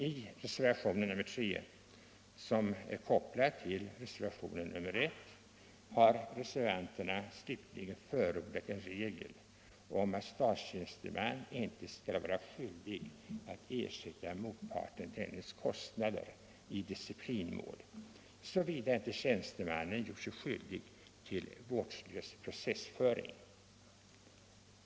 I reservationen 3, som är kopplad till reservationen 1, har reservanterna slutligen förordat en regel om att statstjänsteman inte skall vara skyldig att ersätta motparten dennes kostnader i disciplinmål, såvida inte tjänstemannen gjort sig skyldig till vårdslös processföring.